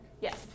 Yes